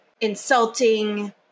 insulting